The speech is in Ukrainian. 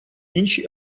інші